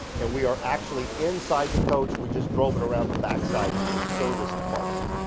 and we are actually inside the coach. we just drove it around the back side to the service department